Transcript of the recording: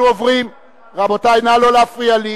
34 בעד, 16 נגד, אין נמנעים.